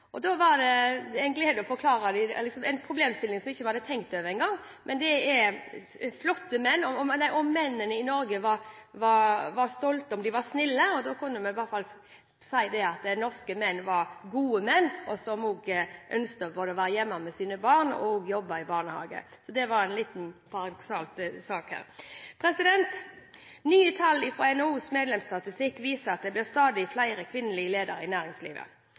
snille. Da kunne vi i hvert fall si at norske menn var gode menn, som også ønsket både å være hjemme med sine barn og jobbe i barnehage. Så det var en liten sak her. Nye tall fra NHOs medlemsstatistikk viser at det stadig blir flere kvinnelige ledere i næringslivet.